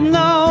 no